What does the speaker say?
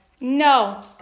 no